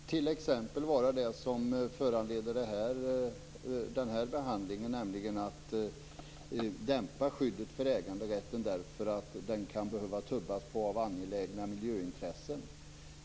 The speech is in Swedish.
Fru talman! Det kan t.ex. vara det som föranleder den här behandlingen, nämligen att dämpa skyddet för äganderätten för att den kan behöva tubbas på av angelägna miljöintressen.